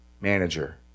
manager